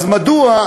אז מדוע,